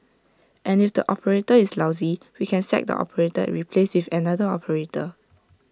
and if the operator is lousy we can sack the operator and replace with another operator